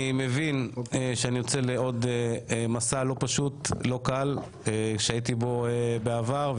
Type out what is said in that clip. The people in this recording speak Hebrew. אני מבין שאני יוצא לעוד מסע לא פשוט ולא קל שהייתי בו בעבר.